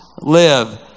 live